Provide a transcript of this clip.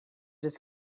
just